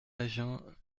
agen